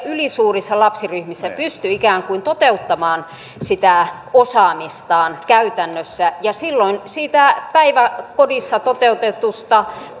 ylisuurissa lapsiryhmissä pysty ikään kuin toteuttamaan sitä osaamistaan käytännössä ja silloin siitä päiväkodissa toteutetusta